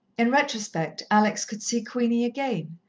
in retrospect alex could see queenie again,